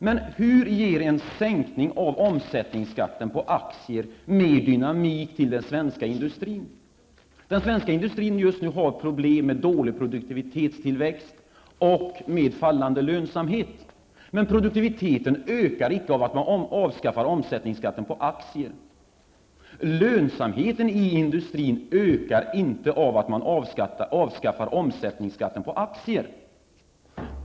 Men hur ger en sänkning av omsättningsskatten på aktier mer dynamik i den svenska industrin? Den svenska industrin har just nu problem med dålig produktivitetstillväxt och fallande lönsamhet, men produktiviteten ökar icke av att omsättningsskatten på aktier avskaffas. Lönsamheten i industrin ökar inte av att omsättningsskatten på aktier avskaffas.